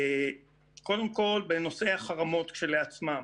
בנושאי החרמות כשלעצמם,